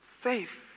faith